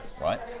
right